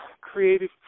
creative